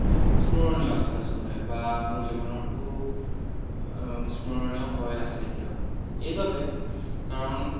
স্মৰণীয় আছিল আচলতে বা মোৰ জীৱনৰ বহু স্মৰণীয় হৈ আছে এতিয়াও এইবাবে কাৰণ